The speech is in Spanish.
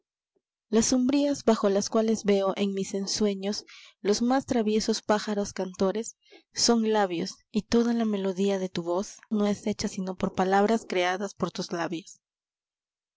las umbrías bajo las cuales veo en mis ensueños los más traviesos pájaros cantores son labios y toda la melodía de tu voz no es hecha sino por palabras creadas por tus labios